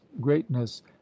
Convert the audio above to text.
greatness